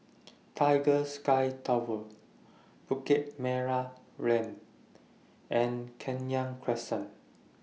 Tiger Sky Tower Bukit Merah Lane and Kenya Crescent